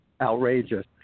outrageous